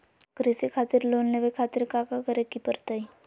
कृषि खातिर लोन लेवे खातिर काका करे की परतई?